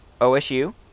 OSU